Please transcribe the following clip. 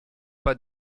pas